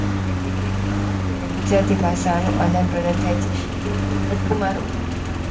એટલે કે મરાઠી અને ગુજરાતી ભાષાનું આદાન પ્રદાન થાય છે જેમકે લટું મારો ગાંઠ માળો